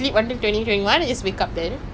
like no one expected this lah